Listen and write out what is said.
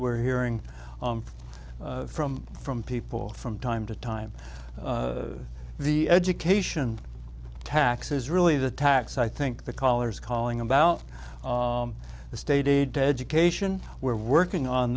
we're hearing from from people from time to time the education tax is really the tax i think the caller's calling about the state aid to education we're working on